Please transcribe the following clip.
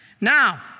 Now